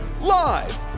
Live